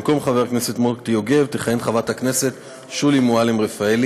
במקום חבר הכנסת מוטי יוגב תכהן חברת הכנסת שולי מועלם-רפאלי.